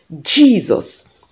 Jesus